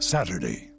Saturday